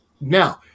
Now